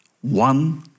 one